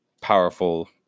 powerful